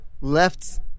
left